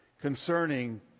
concerning